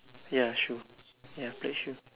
ya shoes ya black shoe